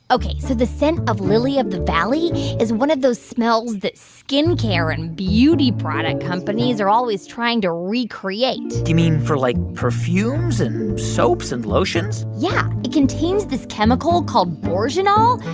ok. so the scent of lily of the valley is one of those smells that skin care and beauty product companies are always trying to recreate do you mean for, like, perfumes and soaps and lotions? yeah. it contains this chemical called bourgeonal,